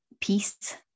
peace